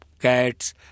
cats